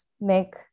make